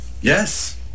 yes